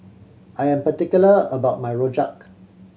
I am particular about my rojak